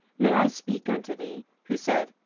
may i speak unto thee? who said,